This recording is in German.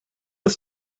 ist